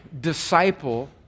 disciple